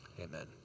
Amen